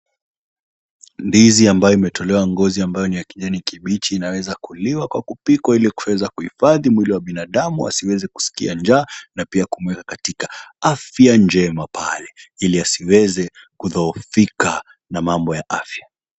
Ndizi ambayo imetolewa ngozi ambayo ni ya kijani kibichi, inaweza kuliwa kwa kupikwa ili kuweza kuhifadhi mwili wa binadamu isiweza kusikia njaa na pia kumweka katika afya njema pale, ili asiweze kudhoofika na mambo ya afya.